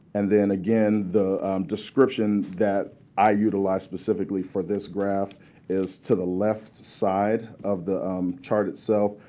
and then again, the description that i utilized specifically for this graph is to the left side of the um chart itself.